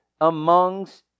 amongst